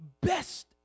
best